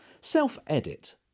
Self-Edit